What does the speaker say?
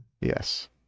Yes